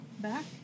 back